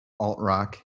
alt-rock